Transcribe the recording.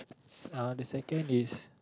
uh the second is